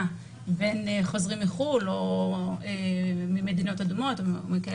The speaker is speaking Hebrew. בין חוזרים מחוץ לארץ או ממדינות אדומות או לא